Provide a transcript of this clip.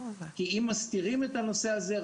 אם מסתירים את הנושא הזה,